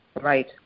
Right